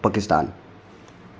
Pakistan